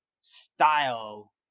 style